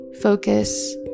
focus